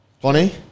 Bonnie